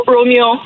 Romeo